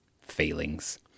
feelings